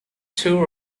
two